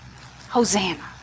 Hosanna